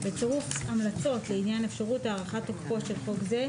בצירוף המלצות לעניין אפשרות הערכת תוקפו של חוק זה,